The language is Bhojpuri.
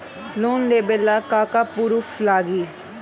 लोन लेबे ला का का पुरुफ लागि?